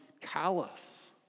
callous